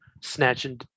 snatching